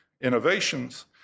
innovations